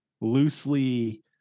loosely